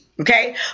Okay